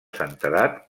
santedat